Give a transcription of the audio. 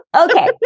Okay